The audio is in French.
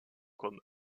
comme